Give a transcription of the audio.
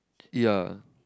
ya